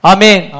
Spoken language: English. Amen